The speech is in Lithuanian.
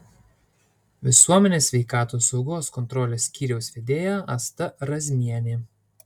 visuomenės sveikatos saugos kontrolės skyriaus vedėja asta razmienė